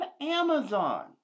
Amazon